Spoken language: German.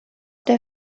der